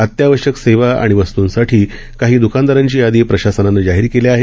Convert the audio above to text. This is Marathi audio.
अत्यावश्यक सेवा आणि वस्तूंसाठी काही द्कानदारांची यादी प्रशासनानं जाहीर केली आहे